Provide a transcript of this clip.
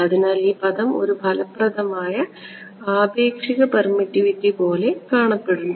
അതിനാൽ ഈ പദം ഒരു ഫലപ്രദമായ ആപേക്ഷിക പെർമിറ്റിവിറ്റി പോലെ കാണപ്പെടുന്നു